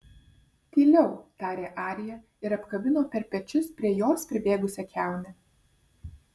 tyliau tarė arija ir apkabino per pečius prie jos pribėgusią kiaunę